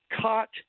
caught